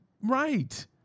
right